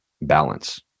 balance